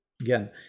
Again